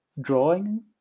drawing